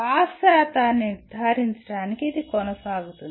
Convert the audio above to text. pass శాతాన్ని నిర్ధారించడానికి ఇది కొనసాగుతోంది